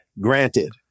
granted